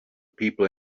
people